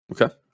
Okay